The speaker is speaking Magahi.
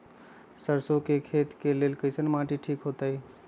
सरसों के खेती के लेल कईसन मिट्टी ठीक हो ताई?